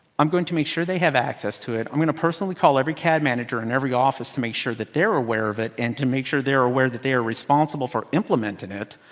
i'm going to make sure they have access to it i'm going to personally call every cad manager in every office to make sure that they're aware of it and to make sure they're aware that they are responsible for implementing it.